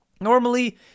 normally